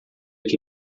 que